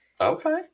Okay